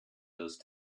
those